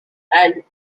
and